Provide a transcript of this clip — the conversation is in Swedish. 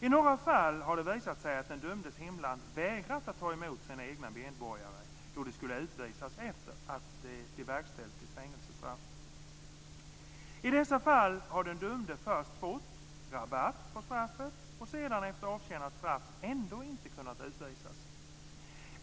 I många fall har det visat sig att den dömdes hemland vägrat ta emot sina egna medborgare då de skulle utvisas efter att de verkställt ett fängelsestraff. I dessa fall har den dömde först fått "rabatt" på straffet och sedan efter avtjänat straff ändå inte kunnat utvisas.